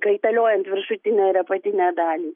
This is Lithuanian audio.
kaitaliojant viršutinę ir apatinę dalį